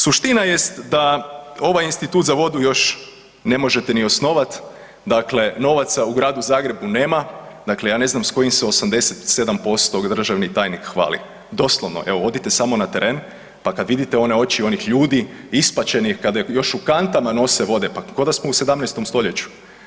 Suština jest da ovaj Institut za vodu još ne možete ni osnovat, dakle novaca u gradu Zagrebu nema, dakle ja ne znam s kojih se 87% državni tajnik hvali, doslovno, evo odite samo na teren pa kad vidite one oči onih ljudi ispaćenih, kada još u kantama nove vode, pa ko da smo u 17. stoljeću.